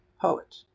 poet